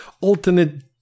alternate